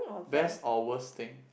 best or worst thing